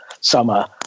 summer